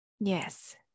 Yes